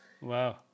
Wow